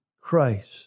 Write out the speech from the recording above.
Christ